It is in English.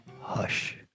hush